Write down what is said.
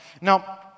Now